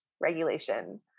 regulation